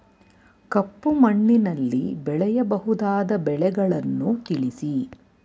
ಕಪ್ಪು ಮಣ್ಣಿನಲ್ಲಿ ಬೆಳೆಯಬಹುದಾದ ಬೆಳೆಗಳನ್ನು ತಿಳಿಸಿ?